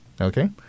okay